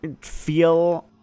feel